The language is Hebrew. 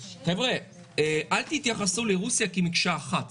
חבר'ה, אל תתייחסו לרוסיה כמקשה אחת.